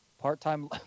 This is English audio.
Part-time